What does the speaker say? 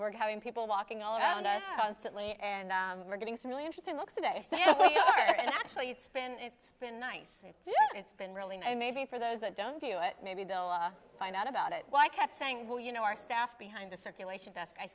we're having people walking all around us constantly and we're getting some really interesting looks today and actually it's been it's been nice it's been really nice maybe for those that don't do it maybe they'll find out about it why i kept saying well you know our staff behind the circulation best i